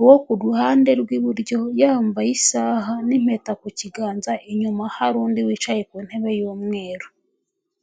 uwo ku ruhande rw'iburyo yambaye isaha n'impeta ku kiganza, inyuma hari undi wicaye ku ntebe y'umweru.